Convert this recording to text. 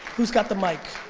whose got the mic,